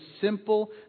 simple